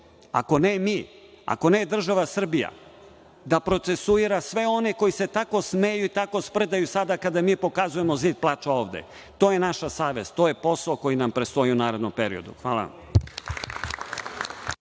ako ne mi, ako ne država Srbija, da procesuira sve one koji se tako smeju i tako sprdaju sada kada mi pokazujemo „Zid plača“ ovde? To je naša savest, to je posao koji nam predstoji u narednom periodu. Hvala